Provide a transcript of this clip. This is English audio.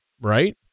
right